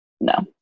No